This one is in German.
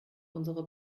unsere